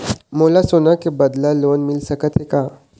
मोला सोना के बदले लोन मिल सकथे का?